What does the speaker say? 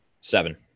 Seven